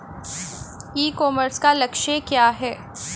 ई commerce का लक्ष्य क्या है?